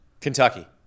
Kentucky